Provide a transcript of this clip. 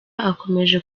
akomeje